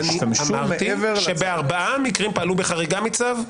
אמרתי שבארבעה מקרים פעלו בחריגה מצו.